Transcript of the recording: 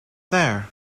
there